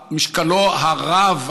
את משקלו הרב,